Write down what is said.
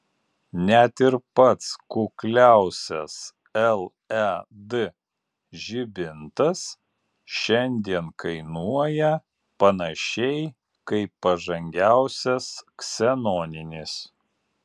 net ir pats kukliausias led žibintas šiandien kainuoja panašiai kaip pažangiausias ksenoninis